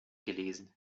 gelesen